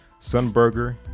Sunburger